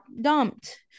dumped